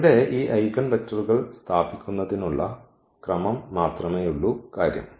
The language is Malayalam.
ഇവിടെ ഈ ഐഗൻവെക്റ്ററുകൾ സ്ഥാപിക്കുന്നതിനുള്ള ക്രമം മാത്രമേയുള്ളൂ കാര്യം